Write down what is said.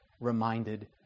reminded